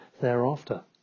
thereafter